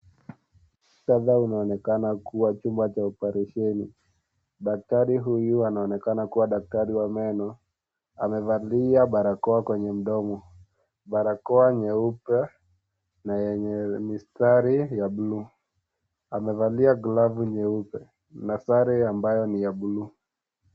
Kadha inaonekana kuwa chuma cha oparesheni daktari huyu anaonekana kuwa daktati wa meno , amevalia barakoa kwenye mdomo , barakoa nyeupe na yenye mistari ya blue(cs) amevalia glavu nyeupe na sare ambayo ni ya blue(cs).